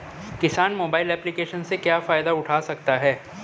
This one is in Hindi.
किसान मोबाइल एप्लिकेशन से क्या फायदा उठा सकता है?